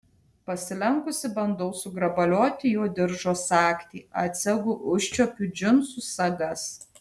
pasilenkusi bandau sugrabalioti jo diržo sagtį atsegu užčiuopiu džinsų sagas